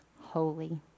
holy